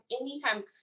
anytime